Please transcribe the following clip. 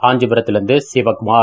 காஞ்சிபுரத்திலிருந்து சிவகுமார்